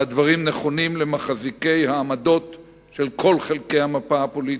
והדברים נכונים למחזיקי עמדות מכל חלקי המפה הפוליטית,